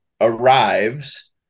arrives